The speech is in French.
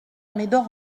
médor